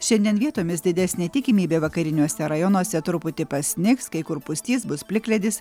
šiandien vietomis didesnė tikimybė vakariniuose rajonuose truputį pasnigs kai kur pustys bus plikledis